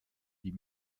die